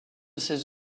ses